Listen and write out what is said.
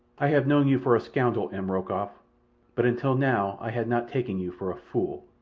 i have known you for a scoundrel, m. rokoff but until now i had not taken you for a fool.